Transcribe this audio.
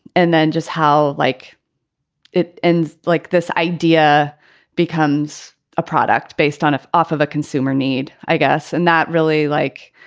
and then just how like it ends, like this idea becomes a product based on if off of a consumer need, i guess, and not really like